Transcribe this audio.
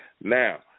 Now